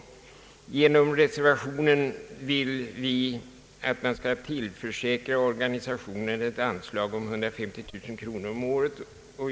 I reservationen har vi framhållit att vi vill att organisationen skall tillförsäkras ett anslag om 150000 kronor om året.